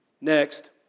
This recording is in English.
Next